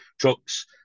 trucks